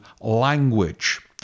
language